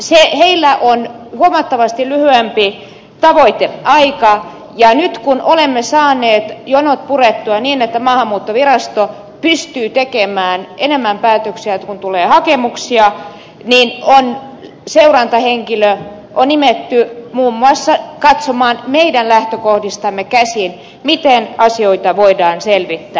heillä on huomattavasti lyhyempi tavoiteaika ja nyt kun olemme saaneet jonot purettua niin että maahanmuuttovirasto pystyy tekemään enemmän päätöksiä kuin tulee hakemuksia niin on nimetty seurantahenkilö muun muassa katsomaan meidän lähtökohdistamme käsin miten asioita voidaan selvittää